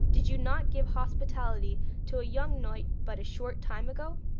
did you not give hospitality to a young knight but a short time ago